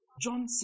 John